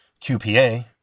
QPA